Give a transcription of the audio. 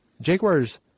Jaguars